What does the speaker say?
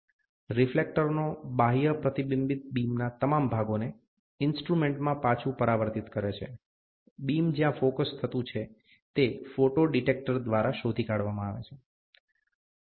રીફ્લેકટરનો બાહ્ય પ્રતિબિંબીત બીમના તમામ ભાગોને ઇન્સ્ટ્રુમેન્ટમાં પાછું પરાવર્તિત કરે છે બિમ જ્યા ફોકસ થયુ છે ત ફોટો ડિટેક્ટર દ્વારા શોધી કાઢવામાં આવે છે